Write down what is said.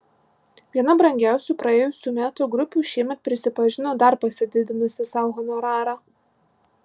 viena brangiausių praėjusių metų grupių šiemet prisipažino dar pasididinusi sau honorarą